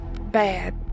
bad